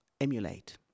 emulate